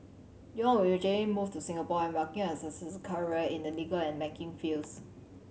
Yong would eventually move to Singapore embarking on a successful career in the legal and banking fields